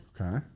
Okay